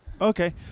okay